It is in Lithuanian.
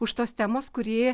už tos temos kuri